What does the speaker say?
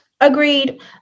Agreed